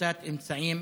נקיטת אמצעים